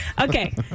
Okay